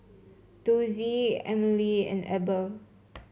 Dossie Emily and Eber